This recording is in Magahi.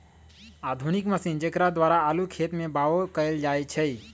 आधुनिक मशीन जेकरा द्वारा आलू खेत में बाओ कएल जाए छै